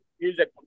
music